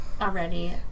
Already